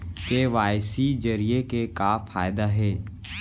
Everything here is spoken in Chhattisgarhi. के.वाई.सी जरिए के का फायदा हे?